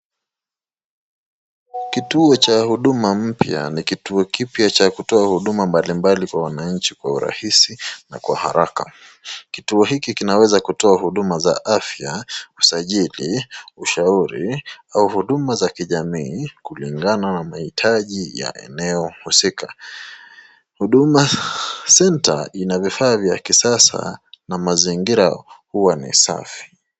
Kituo cha huduma mpya na kituo kipya cha kutoa huduma mbalimbali kwa wananchi kwa urahisi na kwa haraka. Kituo hiki kinaweza kutoa huduma za afya usajili ushauri au huduma za kijamii kulingana na mahitaji ya eneo husika. Huduma Center inavifaa vya kisasa na mazingira huwa ni safi.